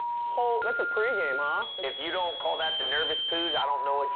ho that's a pre-game, huh? if you don't call that the nervous poos, i don't know what you